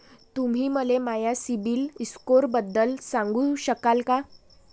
तुम्ही मले माया सीबील स्कोअरबद्दल सांगू शकाल का?